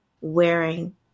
wearing